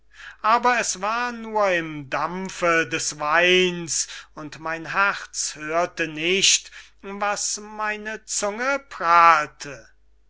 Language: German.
aber es war nur im dampfe des weins und mein herz hörte nicht was meine zunge prahlte